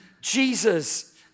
Jesus